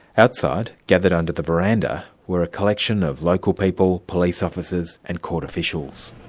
outside, gathered under the veranda, were a collection of local people, police officers and court officials.